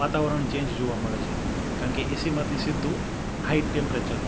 વાતાવરણ ચેન્જ જોવા મળે છે કારણ કે એસીમાંથી સીધું હાઈ ટેમ્પરેચર